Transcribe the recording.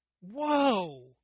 whoa